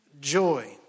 joy